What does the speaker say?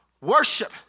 Worship